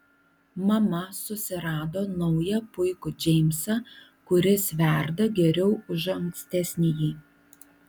mama susirado naują puikų džeimsą kuris verda geriau už ankstesnįjį